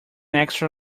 extra